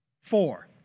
Four